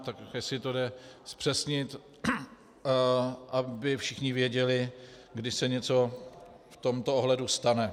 Tak jestli to jde zpřesnit, aby všichni věděli, kdy se něco v tomto ohledu stane.